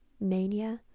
Mania